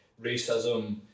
racism